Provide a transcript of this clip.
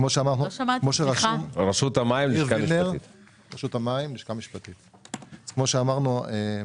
כמו שאמרנו,